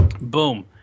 Boom